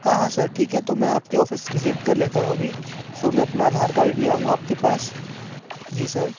हाँ हाँ सर ठीक है तो मैं आपकी ऑफिस विज़िट कर लेता हूँ अभी सो मैं अपना आधार कार्ड ले आऊँगा आपके पास जी सर